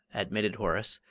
admitted horace,